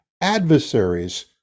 adversaries